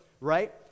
right